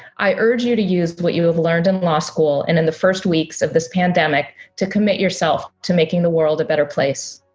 i urge you to use what you have learned in law school and in the first weeks of this pandemic to commit yourself to making the world a better place.